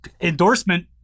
endorsement